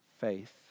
faith